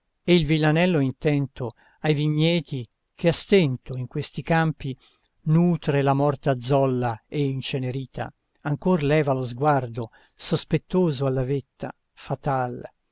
e il villanello intento ai vigneti che a stento in questi campi nutre la morta zolla e incenerita ancor leva lo sguardo sospettoso alla vetta fatal